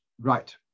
Right